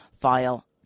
file